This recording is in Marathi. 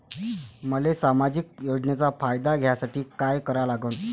मले सामाजिक योजनेचा फायदा घ्यासाठी काय करा लागन?